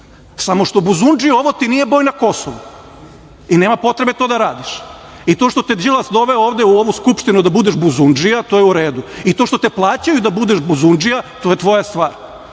samo što, buzindžijo, ovo ti nije Boj na Kosovu i nema potrebe to da radiš. To što te je Đilas doveo ovde u ovu Skupštinu da budeš buzundžija, to je u redu, i to što te plaćaju da budeš buzundžija, to je tvoja stvar,